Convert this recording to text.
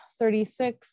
36